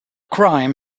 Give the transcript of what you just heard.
crime